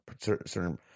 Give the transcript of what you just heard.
certain